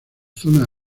zonas